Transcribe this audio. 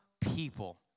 people